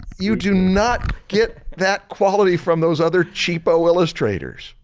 you do not get that quality from those other cheapo illustrators.